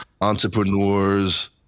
entrepreneurs